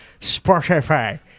Spotify